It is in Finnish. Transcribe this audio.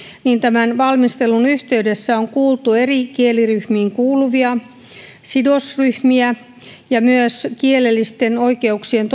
niin tämän valmistelun yhteydessä on kuultu eri kieliryhmiin kuuluvia ja sidosryhmiä myös kielellisten oikeuksien